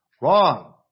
Wrong